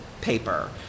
paper